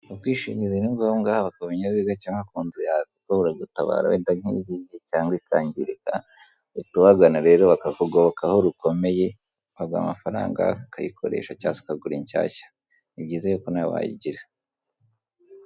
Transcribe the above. Ubwishingizi ni ngombwa haba ku binyabiziga cyangwa ku nzu yawe kuko buragutabara wenda nk'iyo ihiye cyangwa ikangirika, uhita ubagana rero bakakugoboka aho rukomeye, baguha amafaranga ukayikoresha cyangwa se ukagura inshyashya ni byiza rero ko nawe wayigira.